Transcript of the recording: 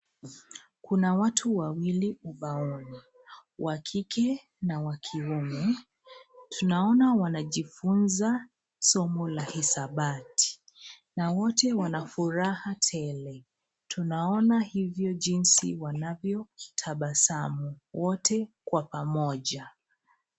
Kuna watu wawili ubaoni wa kike na wa kiume. Tunaona wanajifunza somo la hisabati na wote wana furaha tele. Tunaona hivyo jinsi wanavyo tabasamu wote kwa pamoja.